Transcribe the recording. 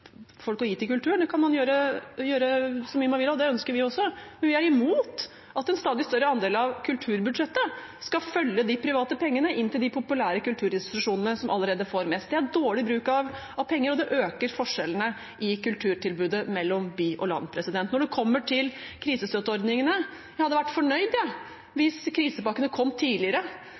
kulturen, det kan man gjøre så mye man vil, og det ønsker vi også, men vi er imot at en stadig større andel av kulturbudsjettet skal følge de private pengene inn til de populære kulturinstitusjonene, som allerede får mest. Det er dårlig bruk av penger, og det øker forskjellene i kulturtilbudet mellom by og land. Når det kommer til krisestøtteordningene, hadde jeg vært fornøyd, jeg, hvis krisepakkene kom tidligere,